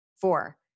Four